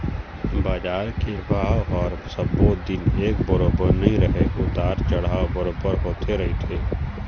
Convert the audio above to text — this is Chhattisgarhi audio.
बजार के भाव ह सब्बो दिन एक बरोबर नइ रहय उतार चढ़ाव बरोबर होते रहिथे